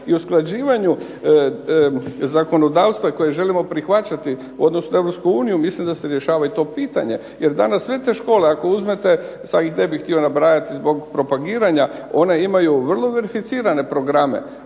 i usklađivanju zakonodavstva koje želimo prihvaćati u odnosu na Europsku uniju, mislim da se rješava i to pitanje, jer danas sve te škole ako uzmete ne bih htio nabrajati zbog propagiranja, one imaju vrlo verificirane programe,